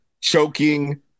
choking